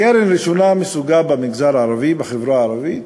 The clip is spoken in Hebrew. קרן ראשונה מסוגה במגזר הערבי, בחברה הערבית,